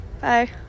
Bye